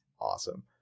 awesome